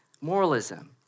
Moralism